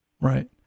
Right